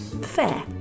fair